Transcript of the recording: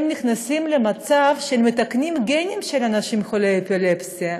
הם נכנסים למצב שמתקנים גנים של חולי אפילפסיה.